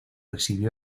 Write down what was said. exhibió